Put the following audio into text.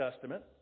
Testament